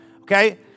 Okay